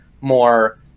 more